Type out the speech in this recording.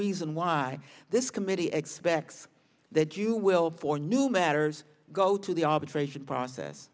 reason why this committee expects that you will for new matters go to the arbitration process